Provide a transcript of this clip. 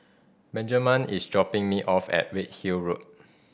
Benjiman is dropping me off at Redhill Road